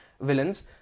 villains